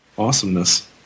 awesomeness